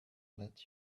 let